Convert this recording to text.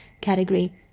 category